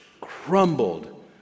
crumbled